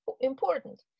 important